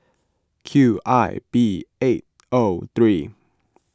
Q I B eight O three